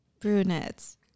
Brunettes